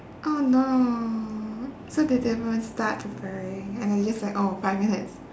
oh no so they didn't even start preparing and they just like oh five minutes